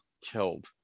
killed